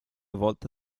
volta